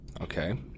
Okay